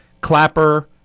Clapper